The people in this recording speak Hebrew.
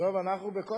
דב, אנחנו בכושר?